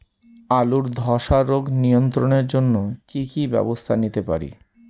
আলুর ধ্বসা রোগ নিয়ন্ত্রণের জন্য কি কি ব্যবস্থা নিতে পারি?